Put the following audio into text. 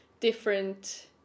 Different